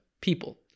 people